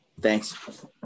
Thanks